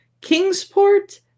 Kingsport